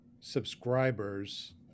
subscribers